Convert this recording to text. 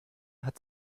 hat